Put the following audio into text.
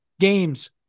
Games